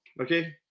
Okay